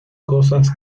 cosas